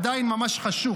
עדיין ממש חשוך,